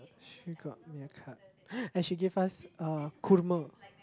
she got me a card and she gave us uh kurma